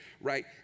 right